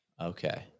Okay